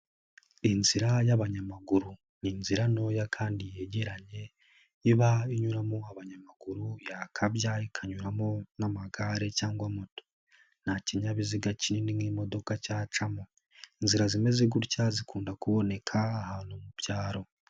Inzira y'abanyamaguru. Ni inzira ntoya kandi yegeranye, iba inyuramo abanyamaguru, yakabya ikanyuramo n'amagare cyangwa moto. Nta kinyabiziga kinini nk'imodoka cyacamo. Inzira zimeze gutya zikunda kuboneka ahantu mu byaro.